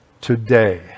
today